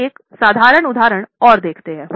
हम एक साधारण उदाहरण देखें